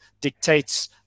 dictates